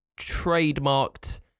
trademarked